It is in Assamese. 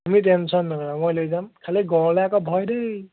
তুমি টেনশ্যন নল'বা মই লৈ যাম খালী গঁড়লৈ আকৌ ভয় দেই